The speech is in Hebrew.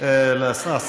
תודה רבה לכם.